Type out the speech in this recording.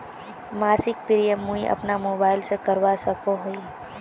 मासिक प्रीमियम मुई अपना मोबाईल से करवा सकोहो ही?